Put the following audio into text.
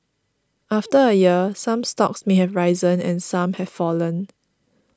after a year some stocks may have risen and some have fallen